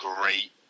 Great